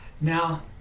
Now